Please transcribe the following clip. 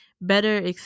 better